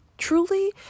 truly